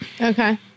okay